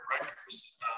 records